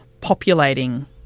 populating